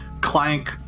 clank